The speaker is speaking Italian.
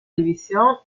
división